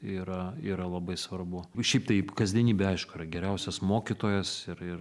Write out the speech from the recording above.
yra yra labai svarbu šiaip taip kasdienybė aišku yra geriausias mokytojas ir ir